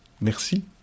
Merci